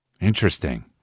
Interesting